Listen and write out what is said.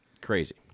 crazy